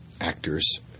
actors